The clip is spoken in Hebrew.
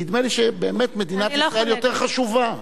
נדמה לי שבאמת מדינת ישראל יותר חשובה.